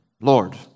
Lord